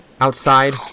Outside